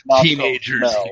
teenagers